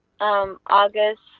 August